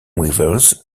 weavers